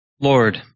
Lord